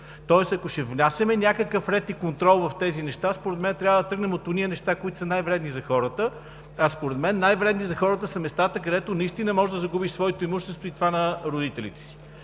Тоест, ако ще внасяме някакъв ред и контрол в тези неща, трябва да тръгнем от онези неща, които са най-вредни за хората, а според мен най-вредни за хората са местата, където наистина можеш да загубиш своето имущество и това на родителите си.